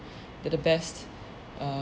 they're the best err